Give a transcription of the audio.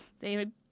David